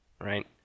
Right